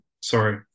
Sorry